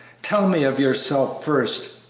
tell me of yourself first.